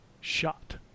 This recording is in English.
shot